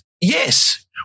yes